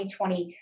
2020